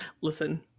Listen